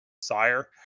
sire